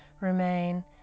remain